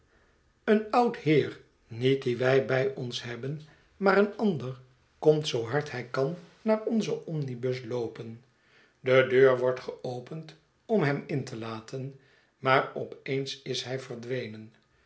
een oud heer niet dien wij bij ons hebben maar een ander komt zoo hard hij kan naar onzen omnibus loopen de deur wordt geopend om hem in te laten maar op eens is hij verdwenen